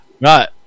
right